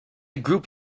group